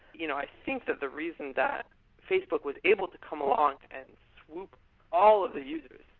you know i think that the reason that facebook was able to come along and swoop all of the users,